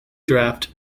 draft